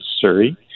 Surrey